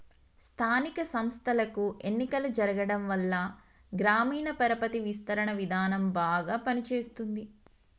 స్థానిక సంస్థలకు ఎన్నికలు జరగటంవల్ల గ్రామీణ పరపతి విస్తరణ విధానం బాగా పని చేస్తుంది